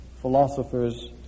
philosophers